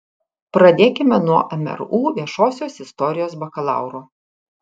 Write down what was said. pradėkime nuo mru viešosios istorijos bakalauro